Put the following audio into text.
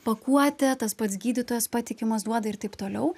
pakuotė tas pats gydytojas patikimas duoda ir taip toliau